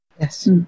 yes